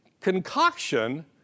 concoction